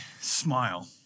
smile